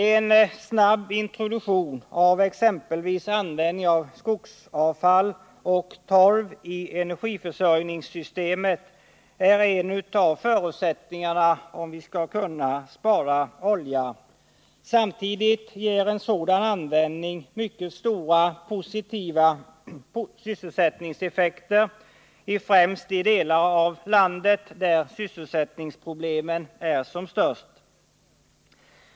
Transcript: En snabb introduktion av exempelvis användning av skogsavfall och torv i energiförsörjningssystemet är en av förutsättningarna, om vi skall kunna spara olja. Samtidigt ger en sådan användning mycket stora positiva sysselsättningseffekter i främst de delar av landet där sysselsättningsproblemen är som störst.